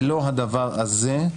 ללא הדבר הזה,